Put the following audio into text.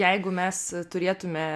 jeigu mes turėtume